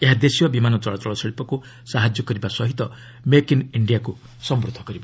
ଏହା ଦେଶୀୟ ବିମାନ ଚଳାଚଳ ଶିଳ୍ପକୁ ସାହାଯ୍ୟ କରିବା ସହ ମେକ୍ ଇନ୍ ଇଣ୍ଡିଆକୁ ମଧ୍ୟ ସମୃଦ୍ଧ କରିବ